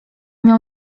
miał